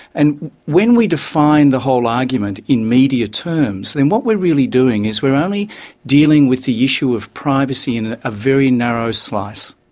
and when we define the whole argument in media terms, then what we're really doing is we're only dealing with the issue of privacy in a very narrow slice,